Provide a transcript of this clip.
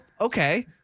Okay